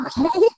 Okay